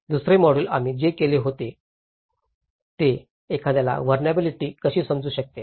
दुसरे मॉड्यूल आम्ही जे केले ते होते एखाद्याला वनराबिलिटी कशी समजू शकते